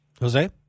Jose